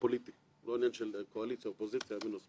ואכן הראיתם את זה בזמן קצר, כנגד כל האילוצים של